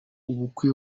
ubukwe